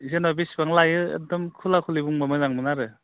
जेनेबा बेसेबां लायो एखदम खुला खुलि बुंब्ला मोजांमोन आरो